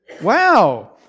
Wow